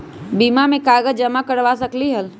बीमा में कागज जमाकर करवा सकलीहल?